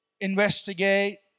investigate